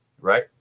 right